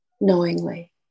knowingly